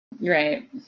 Right